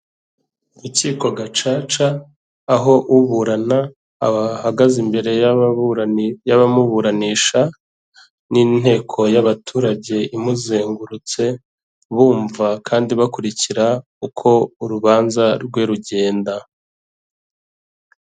Urukiko gacaca aho uburana ahagaze imbere y'abamuburanisha n'inteko y'abaturage imuzengurutse, bumva kandi bakurikira uko urubanza rwe rugenda.